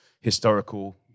historical